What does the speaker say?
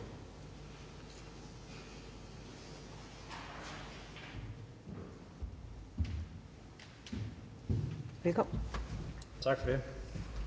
Tak for ordet.